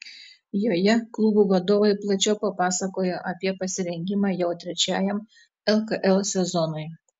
joje klubų vadovai plačiau papasakojo apie pasirengimą jau trečiajam lkl sezonui